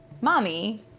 Mommy